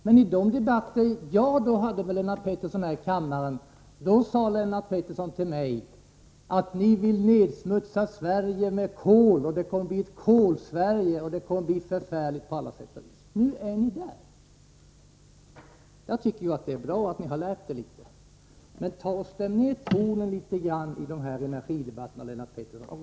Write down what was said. Men vid de debatter jag då förde här i kammaren med Lennart Pettersson, sade han till mig, att vi vill nedsmutsa Sverige med kol, att det kommer att bli ett Kolsverige och att det kommer att bli förfärligt på alla sätt och vis. Nu är ni själva där, Jag tycker att det är bra att ni har lärt er litet. Men stäm ned tonen litet grand i energidebatterna, Lennart Pettersson!